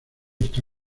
está